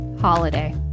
holiday